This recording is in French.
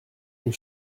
une